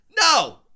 No